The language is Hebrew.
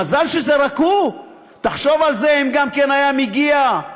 מזל שזה רק הוא, תחשוב על זה, אם היה מגיע גם,